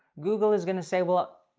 google is going to say, well,